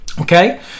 Okay